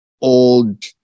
old